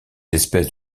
espèces